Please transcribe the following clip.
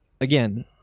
again